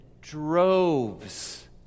droves